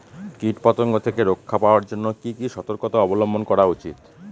কীটপতঙ্গ থেকে রক্ষা পাওয়ার জন্য কি কি সর্তকতা অবলম্বন করা উচিৎ?